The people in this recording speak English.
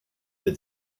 with